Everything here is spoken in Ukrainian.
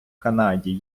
канаді